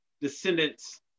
descendants